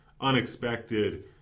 unexpected